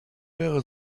wäre